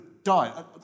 Die